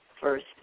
First